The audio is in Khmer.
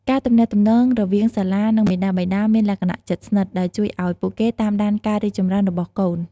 ការទំនាក់ទំនងរវាងសាលា និងមាតាបិតាមានលក្ខណៈជិតស្និទ្ធ ដែលជួយឱ្យពួកគេតាមដានការរីកចម្រើនរបស់កូន។